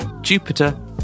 jupiter